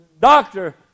doctor